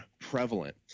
prevalent